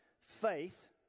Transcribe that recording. faith